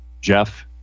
jeff